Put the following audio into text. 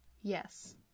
yes